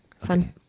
fun